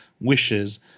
Wishes